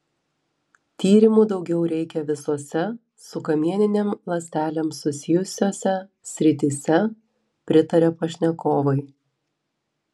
tyrimų daugiau reikia visose su kamieninėm ląstelėm susijusiose srityse pritaria pašnekovai